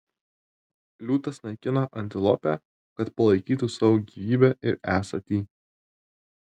liūtas naikina antilopę kad palaikytų savo gyvybę ir esatį